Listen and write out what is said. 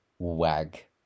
wag